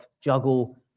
juggle